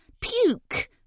puke